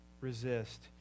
resist